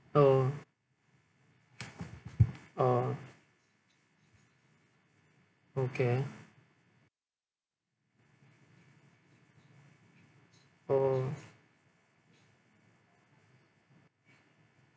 oh oh okay oh